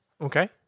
Okay